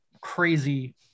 crazy